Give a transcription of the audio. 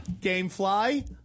Gamefly